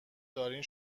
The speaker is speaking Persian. دارین